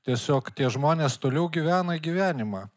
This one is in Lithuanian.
tiesiog tie žmonės toliau gyvena gyvenimą